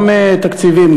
גם תקציבים,